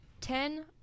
ten